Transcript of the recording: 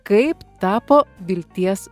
kaip tapo vilties